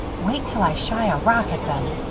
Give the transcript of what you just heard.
wait till i shy a rock at them.